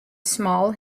small